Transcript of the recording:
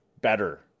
better